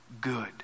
good